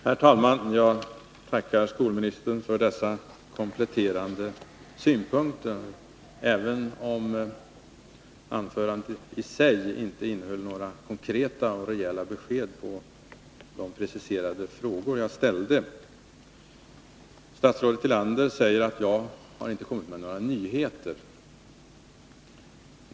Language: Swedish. Herr talman! Jag tackar skolministern för dessa kompletterande synpunkter, även om anförandet i sig inte innehöll några konkreta och rejäla besked på de preciserade frågor jag ställde. Statsrådet Tillander säger att jag inte har kommit med några nyheter.